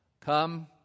Come